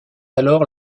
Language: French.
alors